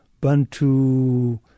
Bantu